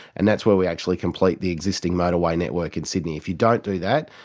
and that's where we actually complete the existing motorway network in sydney. if you don't do that,